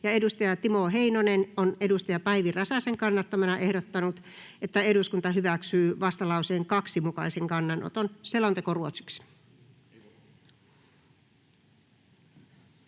Timo Heinonen on Päivi Räsäsen kannattamana ehdottanut, että eduskunta hyväksyy vastalauseen 2 mukaisen kannanoton.